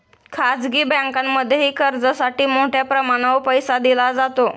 खाजगी बँकांमध्येही कर्जासाठी मोठ्या प्रमाणावर पैसा दिला जातो